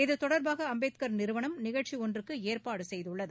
இதுதொடர்பாக அம்பேத்கர் நிறுவனம் நிகழ்ச்சி ஒன்றுக்கு ஏற்பாடு செய்துள்ளது